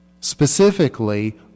specifically